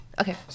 Okay